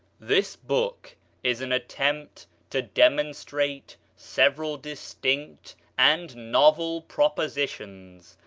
this book is an attempt to demonstrate several distinct and novel propositions.